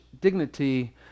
dignity